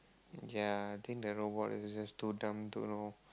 okay lah I think the robot is just too dumb to know